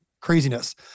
Craziness